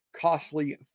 costly